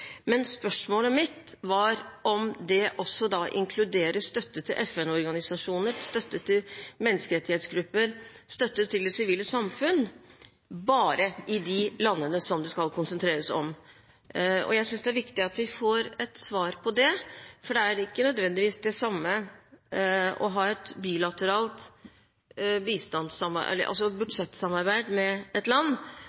men spørsmålet mitt var om det også inkluderer støtte til FN-organisasjoner, støtte til menneskerettighetsgrupper, støtte til det sivile samfunn, bare i de landene som man skal konsentrere seg om. Jeg synes det er viktig at vi får et svar på det, for det er ikke nødvendigvis det samme å ha et bilateralt